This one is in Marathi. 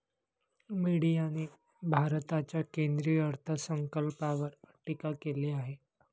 मीडियाने भारताच्या केंद्रीय अर्थसंकल्पावर टीका केली आहे